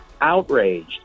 outraged